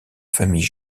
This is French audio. famille